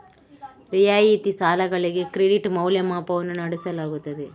ರಿಯಾಯಿತಿ ಸಾಲಗಳಿಗೆ ಕ್ರೆಡಿಟ್ ಮೌಲ್ಯಮಾಪನವನ್ನು ನಡೆಸಲಾಗುತ್ತದೆ